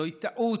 זוהי טעות.